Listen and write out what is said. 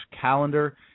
calendar